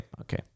okay